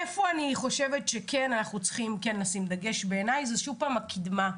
איפה אני חושבת שאנחנו צריכים לשים דגש בעיניי זו שוב הקידמה,